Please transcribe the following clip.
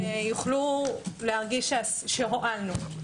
יוכלו להרגיש שהועלנו.